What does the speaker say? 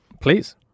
Please